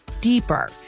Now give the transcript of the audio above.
deeper